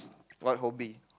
what hobby